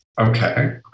Okay